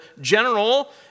general